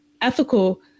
ethical